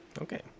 Okay